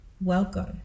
Welcome